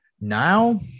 now